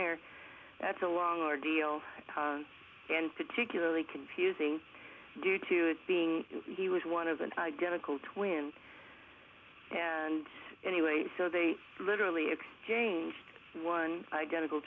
there that's a long ordeal and particularly confusing due to it being he was one is an identical twin and anyway so they literally exchanged one i